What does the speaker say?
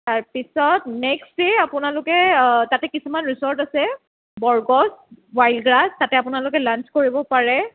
তাৰ পিছত next day আপোনালোকে তাতে কিছুমান ৰিচৰ্ট আছে বৰগছ ৱাইল্ড গ্ৰাছ তাতে আপোনালোকে লান্স কৰিব পাৰে